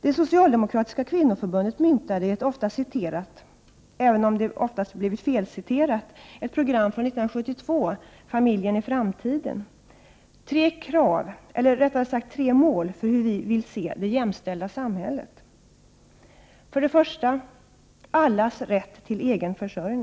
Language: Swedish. Det socialdemokratiska kvinnoförbundet myntade i ett ofta citerat, även om det oftast blivit felciterat, program från 1972, ”Familjen i framtiden”, tre krav eller rättare sagt tre mål för hur vi vill se det jämställda samhället. 2.